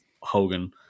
Hogan